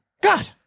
God